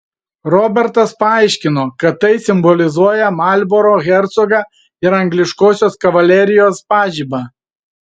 robertas paaiškino kad tai simbolizuoja marlboro hercogą ir angliškosios kavalerijos pažibą